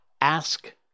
Ask